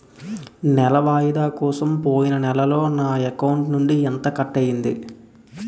నెల వాయిదా కోసం పోయిన నెలలో నా అకౌంట్ నుండి ఎంత కట్ అయ్యింది?